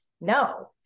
no